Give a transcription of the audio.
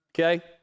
Okay